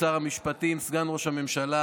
שר המשפטים וסגן ראש הממשלה,